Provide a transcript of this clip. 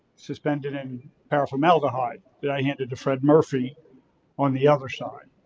suspended in power formaldehyde that i handed to fred murphy on the other side.